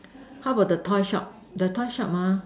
how about the toy shop the toy shop ha